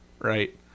Right